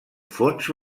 fons